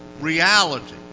reality